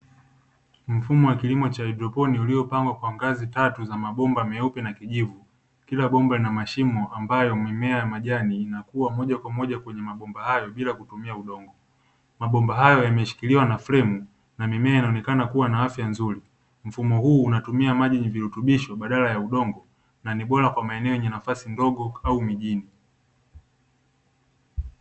Mfumo wa kilimo cha haidroponi uliopangwa kwa ngazi tatu za mabomba meupe na kijivu, kila bomba linamashimo ambayo mimea na majani inakua moja kwa moja kwenye mambomba hayo bila kutumia udongo; mabomba hayo yameshikiliwa na fremu na mimea inaonekana kuwa na afya nzuri; mfumo huu unatumia maji yenye virutubisho badala ya udongo na nibora kwenye maeneo yenye nafasi ndogo mijini.